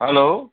hello